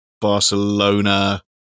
Barcelona